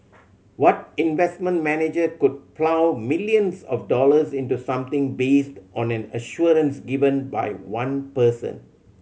what investment manager could plough millions of dollars into something based on an assurance given by one person